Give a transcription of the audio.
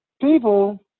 people